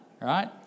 Right